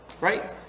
right